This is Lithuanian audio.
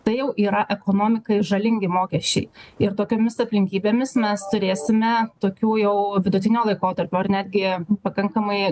tai yra ekonomikai žalingi mokesčiai ir tokiomis aplinkybėmis mes turėsime tokių jau vidutinio laikotarpio ar netgi pakankamai